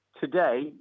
today